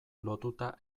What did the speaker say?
lotuta